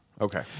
Okay